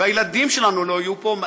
והילדים שלנו לא יהיו פה,